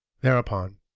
Thereupon